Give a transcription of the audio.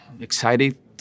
excited